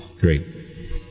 Great